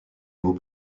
mots